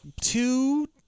two